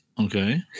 Okay